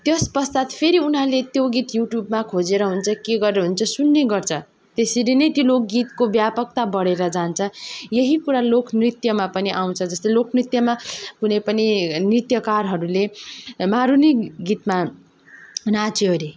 त्यस पश्चात् फेरि उनीहरूले त्यो गीत युट्युबमा खोजेर हुन्छ के गरेर हुन्छ सुन्ने गर्छ त्यसरी नै त्यो लोकगीतको व्यापकता बढेर जान्छ यही कुरा लोकनृत्यमा पनि आउँछ जस्तो लोकनृत्यमा कुनै पनि नृत्यकारहरूले मारुनी गीतमा नाच्यो अरे